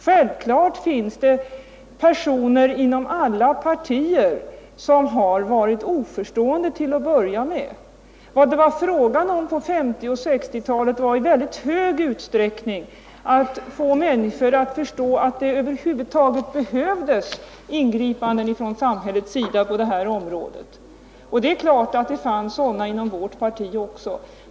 Självfallet finns det personer inom alla partier som till att börja med har varit oförstående. Vad det var fråga om på 1950 och 1960-talen var i mycket stor utsträckning att få människor att förstå att det över huvud taget behövdes ingripanden från samhället på detta område, och det fanns självfallet också inom vårt parti personer som inte insåg behovet härav.